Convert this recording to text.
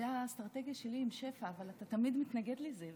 זו האסטרטגיה שלי עם שפע, אבל אתה תמיד מתנגד לזה.